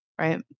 right